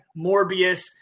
Morbius